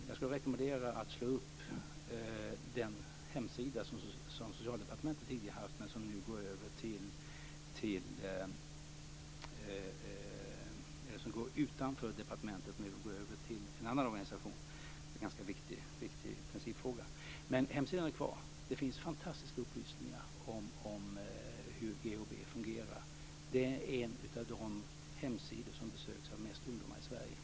Jag skulle vilja rekommendera att ta fram den hemsida som Socialdepartementet tidigare hade ansvaret för men som nu har gått över till en annan organisation - en viktig principfråga. Hemsidan är kvar. Där finns fantastiska upplysningar om hur GHB fungerar. Det är en av de hemsidor som besöks av flest ungdomar i Sverige. Den heter Drugsmart.